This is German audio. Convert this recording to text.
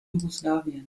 jugoslawien